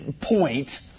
point